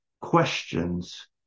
Questions